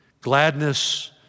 Gladness